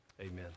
Amen